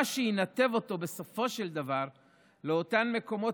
מה שינתב אותו בסופו של דבר לאותם מקומות